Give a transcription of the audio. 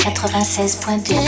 96.2